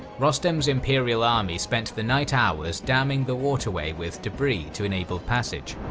rostam's imperial army spent the night hours damning the waterway with debris to enable passage.